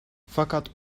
fakat